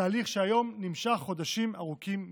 תהליך שהיום נמשך חודשים ארוכים מדי.